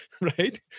Right